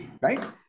right